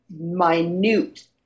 minute